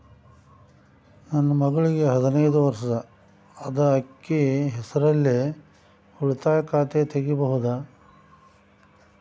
ನನ್ನ ಮಗಳಿಗೆ ಹದಿನೈದು ವರ್ಷ ಅದ ಅಕ್ಕಿ ಹೆಸರಲ್ಲೇ ಉಳಿತಾಯ ಖಾತೆ ತೆಗೆಯಬಹುದಾ?